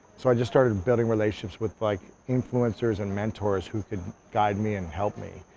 so i just started building relationships with like influencers, and mentors, who could guide me and help me.